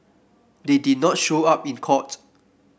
they did not show up in court